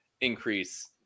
increase